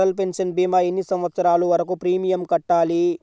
Atal pension భీమా ఎన్ని సంవత్సరాలు వరకు ప్రీమియం కట్టాలి?